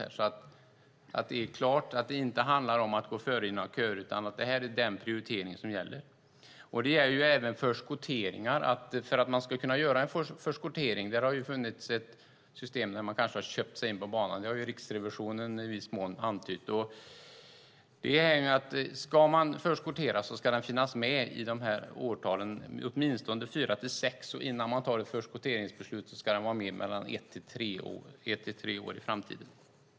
Det ska vara klart att det inte handlar om att gå före i några köer utan att det här är den prioritering som gäller. Det gäller även förskotteringar. Det har funnits ett system där man kanske har köpt sig in på banan. Riksrevisionen har i viss mån antytt detta. Ska man förskottera ska det finnas med i de här årtalen, åtminstone fyra till sex. Innan man tar ett förskotteringsbeslut ska det vara med ett till tre år i framtiden.